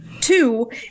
two